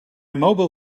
mobile